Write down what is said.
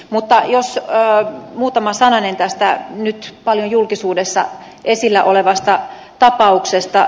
mutta jos muutama sananen tästä nyt paljon julkisuudessa esillä olevasta tapauksesta